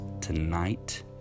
tonight